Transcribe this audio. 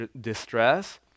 distress